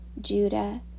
Judah